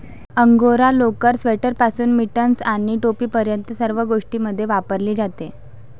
angora लोकर, स्वेटरपासून mittens आणि टोपीपर्यंत सर्व गोष्टींमध्ये वापरली जाते